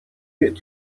get